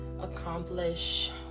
accomplish